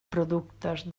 productes